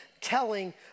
telling